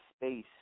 space